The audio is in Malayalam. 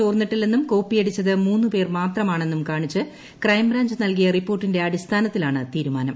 ചോർന്നിട്ടില്ലെന്നും കോപ്പിയടിച്ചത് ചോദ്യപേപ്പർ മുന്ന് പേർ മാത്രമാണെന്നും കാണിച്ച് ക്രൈംബ്രാഞ്ച് നൽകിയ റിപ്പോർട്ടിന്റെ അടിസ്ഥാനത്തിലാണ് തീരുമാനം